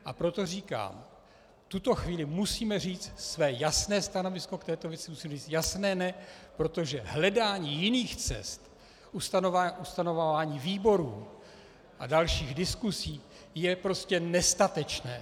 A proto říkám, v tuto chvíli musíme říct své jasné stanovisko k této věci, musíme říct jasné ne, protože hledání jiných cest, ustanovování výborů a dalších diskusí je prostě nestatečné.